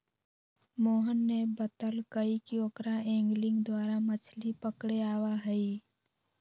मोहन ने बतल कई कि ओकरा एंगलिंग द्वारा मछ्ली पकड़े आवा हई